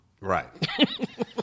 Right